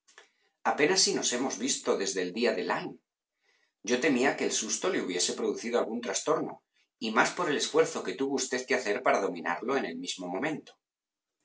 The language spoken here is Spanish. apenas si nos hemos visto desde el día de lyme yo temía que el susto le hubiese producido algún trastorno y más por el esfuerzo que tuvo usted que hacer para dominarlo en el mismo momento